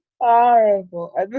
horrible